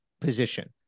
position